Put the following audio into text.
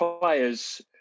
players